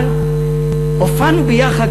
אבל הופענו ביחד,